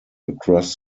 across